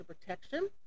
protection